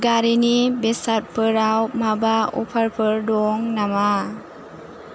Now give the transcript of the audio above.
गारिनि बेसादफोराव माबा अफारफोर दं नामा